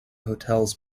hotels